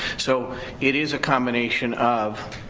so it is a combination of